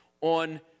on